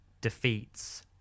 defeats